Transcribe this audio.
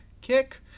kick